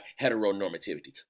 heteronormativity